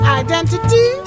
identity